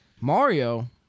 Mario